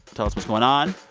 tell us what's going on.